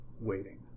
Waiting